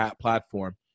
platform